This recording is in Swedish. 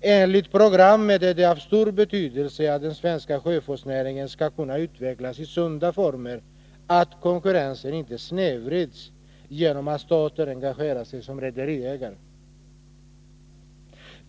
Enligt programmet är det av stor betydelse för att den svenska sjöfartsnäringen skall HH kunna utvecklas i sunda former att konkurrensen inte snedvrids genom att staten engagerar sig som rederiägare.